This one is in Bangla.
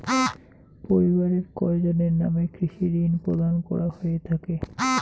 পরিবারের কয়জনের নামে কৃষি ঋণ প্রদান করা হয়ে থাকে?